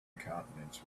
continents